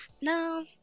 No